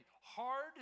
hard